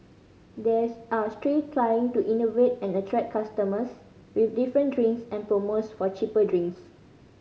they're are trying to innovate and attract customers with different drinks and promos for cheaper drinks